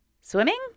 swimming